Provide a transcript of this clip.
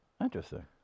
Interesting